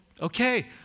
Okay